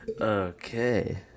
okay